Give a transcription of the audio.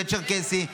וצ'רקסי,